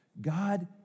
God